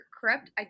corrupt